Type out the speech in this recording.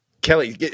Kelly